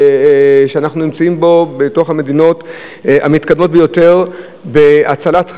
ואנחנו נמצאים בקרב המדינות המתקדמות ביותר בהצלת חיים.